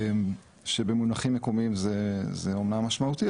במונחים מקומיים זה אומנם משמעותי,